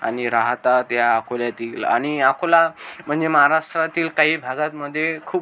आणि राहतात या अकोल्यातील आणि अकोला म्हणजे महाराष्ट्रातील काही भागातमध्ये खूप